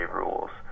rules